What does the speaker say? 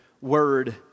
word